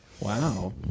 wow